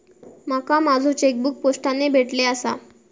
माका माझो चेकबुक पोस्टाने भेटले आसा